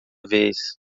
vez